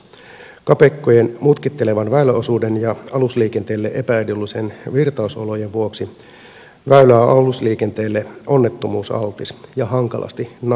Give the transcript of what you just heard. kapeikkojen mutkittelevan väyläosuuden ja alusliikenteelle epäedullisten virtausolojen vuoksi väylä on alusliikenteelle onnettomuusaltis ja hankalasti navigoitava